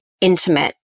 intimate